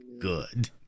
good